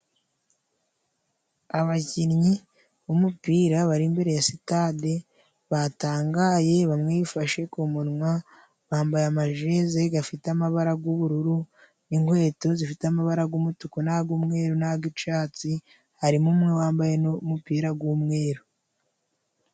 Abakinnyi b'umupira bari imbere ya sitade batangaye bamwe bifashe ku munwa, bambaye amajeze gafite amabara g'ubururu, inkweto zifite amabara g'umutuku n'ag'umweru n'ag'icatsi harimo umwe wambaye n'umupira g'umweru.